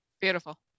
Beautiful